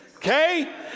Okay